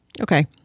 Okay